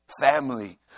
family